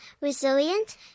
resilient